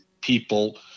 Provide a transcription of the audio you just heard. people